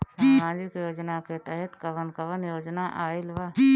सामाजिक योजना के तहत कवन कवन योजना आइल बा?